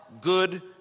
good